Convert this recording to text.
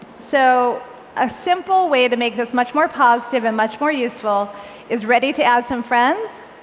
so a simple way to make this much more positive and much more useful is, ready to add some friends?